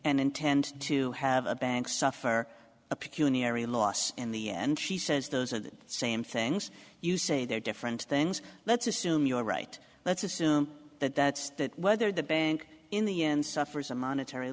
and intend to have a bank suffer a puny area loss in the end she says those are the same things you say they're different things let's assume you're right let's assume that that's that whether the bank in the end suffers a monetary